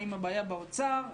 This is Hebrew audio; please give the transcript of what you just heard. האם הבעיה באוצר,